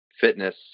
fitness